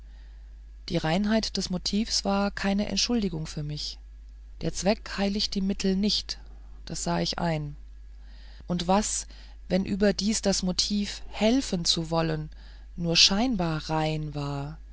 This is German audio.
die reinheit des motivs war keine entschuldigung für mich der zweck heiligt die mittel nicht das sah ich ein und was wenn überdies das motiv helfen zu wollen nur scheinbar rein war